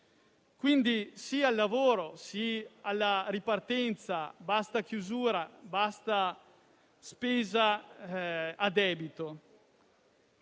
Quindi, sì al lavoro, sì alla ripartenza, basta chiusura, basta spesa a debito.